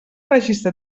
registre